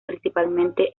principalmente